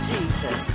Jesus